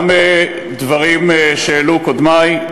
גם דברים שהעלו קודמי,